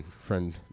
friend